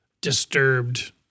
disturbed